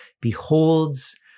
beholds